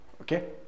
Okay